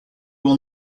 will